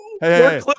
Hey